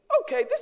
Okay